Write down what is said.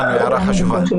הערה חשובה.